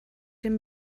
den